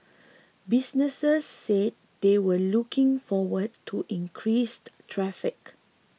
businesses says they were looking forward to increased traffic